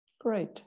Great